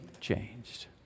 changed